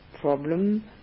problem